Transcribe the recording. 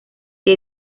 que